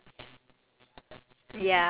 剖表 okay